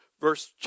Verse